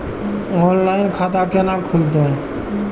Online खाता केना खुलते?